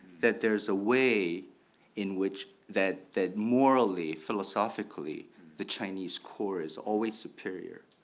that there is a way in which that that morally philosophically the chinese core is always superior.